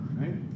right